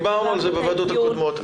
דיברנו על זה בישיבות הקודמות.